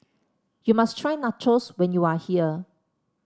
you must try Nachos when you are here